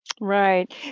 Right